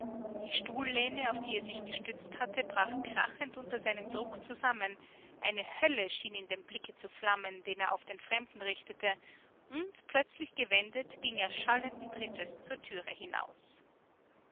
die stuhllehne auf die er sich gestützt hatte brach krachend unter seinem druck zusammen eine hölle schien in dem blicke zu flammen den er auf die fremden richtete und plötzlich gewendet ging er schallenden trittes zur türe hinaus